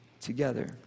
together